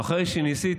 ואחרי שניסיתי,